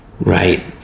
right